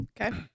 Okay